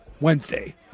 Wednesday